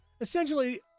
Essentially